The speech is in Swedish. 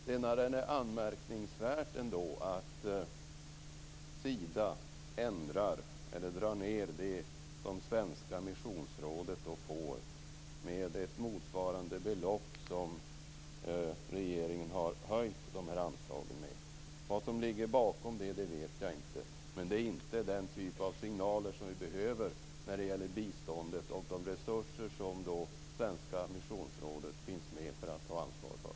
Det är ändå anmärkningsvärt att Sida drar ned på det som Svenska Missionsrådet får, med ett belopp som motsvarar det som regeringen har höjt de här anslagen med. Vad som ligger bakom det vet jag inte, men det är inte den typ av signaler som vi behöver för biståndet och de resurser som Svenska Missionsrådet är med om att ta ansvar för.